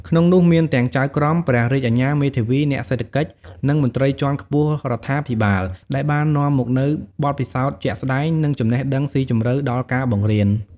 ក្នុងនោះមានទាំង ចៅក្រម ព្រះរាជអាជ្ញា មេធាវី អ្នកសេដ្ឋកិច្ច និងមន្ត្រីជាន់ខ្ពស់រដ្ឋាភិបាល ដែលបាននាំមកនូវបទពិសោធន៍ជាក់ស្តែង និងចំណេះដឹងស៊ីជម្រៅដល់ការបង្រៀន។